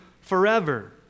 forever